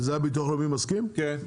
ביטוח לאומי מסכים לזה?